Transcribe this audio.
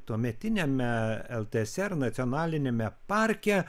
tuometiniame ltsr nacionaliniame parke